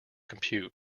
compute